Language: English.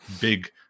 big